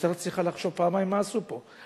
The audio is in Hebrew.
המשטרה צריכה לחשוב פעמיים מה עשו פה.